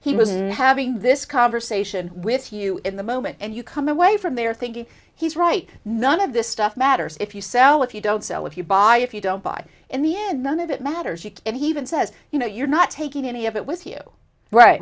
he was having this conversation with you in the moment and you come away from there thinking he's right none of this stuff matters if you sell if you don't sell if you buy if you don't buy in the end none of it matters and he even says you know you're not taking any of it with you right